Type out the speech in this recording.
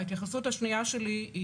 ההתייחסות השנייה שלי היא